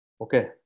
okay